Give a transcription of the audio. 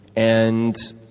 and